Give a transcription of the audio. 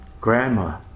grandma